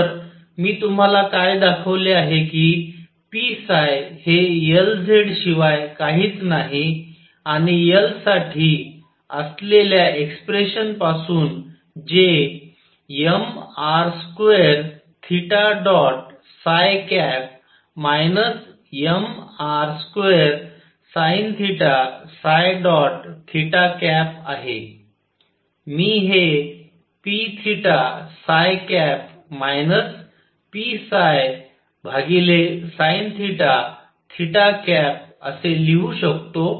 तर मी तुम्हाला काय दाखवले आहे कि p हे L z शिवाय काहीच नाही आणि L साठी असलेल्या एक्सप्रेशन पासून जे mr2 mr2sinθ आहे मी हे p psinθ असे लिहू शकतो